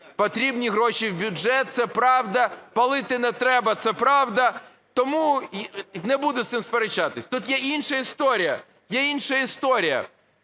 Потрібні гроші в бюджет – це правда, палити не треба – це правда, тому не буду з цим сперечатися. Тут є інша історія,